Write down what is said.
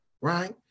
right